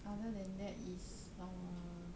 other than that is ah